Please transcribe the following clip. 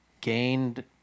gained